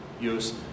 use